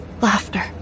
Laughter